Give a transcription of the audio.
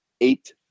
eight